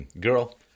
girl